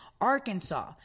Arkansas